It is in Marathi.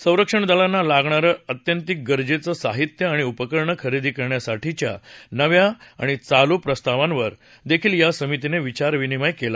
संरक्षण दलांना लागणारं आत्यंतिक गरजेचं साहित्य आणि उपकरणं खरेदी करण्यासाठीच्या नव्या आणि चालू प्रस्तावांवर देखील समितीनं विचार विनिमय केला